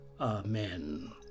Amen